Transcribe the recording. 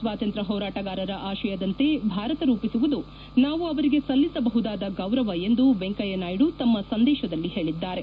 ಸ್ವಾತಂತ್ರ್ಯ ಹೋರಾಟಗಾರರ ಆಶಯದಂತೆ ಭಾರತ ರೂಪಿಸುವುದು ನಾವು ಅವರಿಗೆ ಸಲ್ಲಿಸಬಹುದಾದ ಗೌರವ ಎಂದು ವೆಂಕಯ್ಯನಾಯ್ಡು ತಮ್ಮ ಸಂದೇಶದಲ್ಲಿ ಹೇಳಿದ್ದಾರೆ